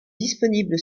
disponible